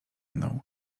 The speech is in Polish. mną